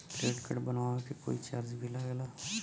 Credit card बनवावे के कोई चार्ज भी लागेला?